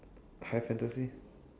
high fantasy